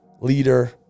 leader